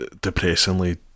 depressingly